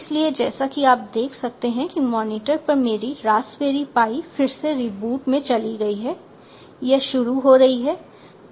इसलिए जैसा कि आप देख सकते हैं कि मॉनिटर पर मेरी रास्पबेरी पाई फिर से रीबूट में चली गई है यह शुरू हो रही है